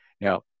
Now